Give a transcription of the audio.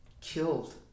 killed